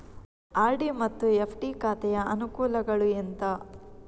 RD ಮತ್ತು FD ಖಾತೆಯ ಅನುಕೂಲಗಳು ಎಂತ?